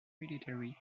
military